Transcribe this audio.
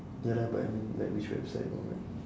ya lah but I mean like which website or what